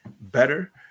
better